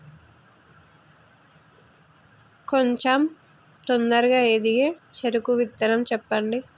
కొంచం తొందరగా ఎదిగే చెరుకు విత్తనం చెప్పండి?